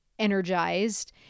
Energized